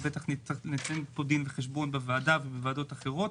ובטח נצטרך לתת פה דין וחשבון בוועדה ובוועדות אחרות,